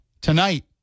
tonight